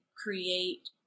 create